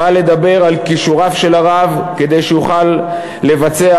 בא לדבר על כישוריו של הרב כדי שיוכל לבצע